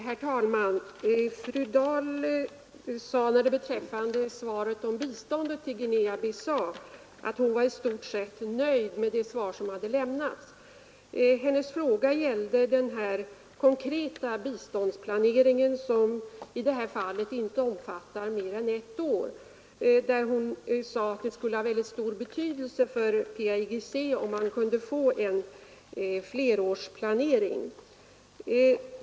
Herr talman! Fru Dahl sade beträffande svaret om bistånd till Guinea-Bissau att hon var i stort sett nöjd med det svar som lämnats. Hennes fråga gällde den konkreta biståndsplaneringen som i det här fallet inte omfattar mer än ett år. Hon sade att det skulle ha stor betydelse för PAIGC om man kunde få en flerårsplanering.